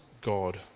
God